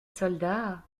soldat